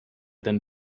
then